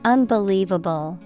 Unbelievable